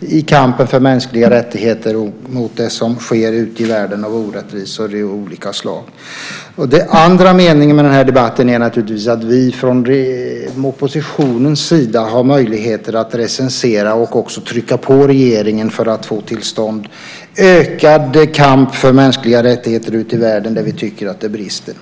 i kampen för mänskliga rättigheter och mot det som sker ute i världen i form av orättvisor av olika slag, dels naturligtvis att vi från oppositionens sida har möjligheten att recensera och trycka på regeringen för att få till stånd ökad kamp för mänskliga rättigheter ute i världen där vi tycker att det brister.